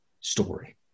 story